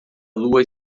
lua